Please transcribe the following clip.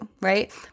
right